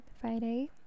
friday